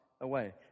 away